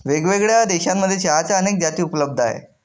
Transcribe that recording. वेगळ्यावेगळ्या देशांमध्ये चहाच्या अनेक जाती उपलब्ध आहे